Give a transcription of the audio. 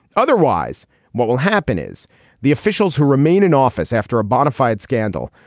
otherwise what will happen is the officials who remain in office after a bonafide scandal.